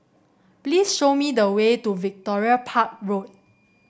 please show me the way to Victoria Park Road